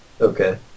Okay